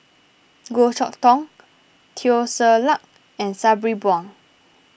Goh Chok Tong Teo Ser Luck and Sabri Buang